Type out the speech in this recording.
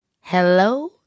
hello